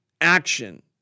action